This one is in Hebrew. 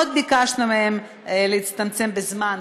מאוד ביקשנו מהם להצטמצם בזמן,